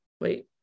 Wait